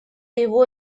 его